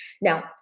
Now